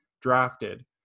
drafted